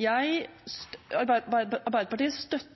Arbeiderpartiet støtter